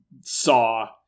saw